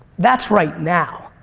that's right now.